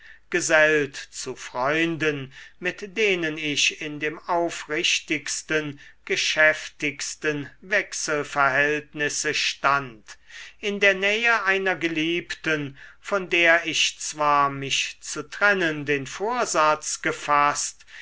gesellt zu freunden mit denen ich in dem aufrichtigsten geschäftigsten wechselverhältnisse stand in der nähe einer geliebten von der ich zwar mich zu trennen den vorsatz gefaßt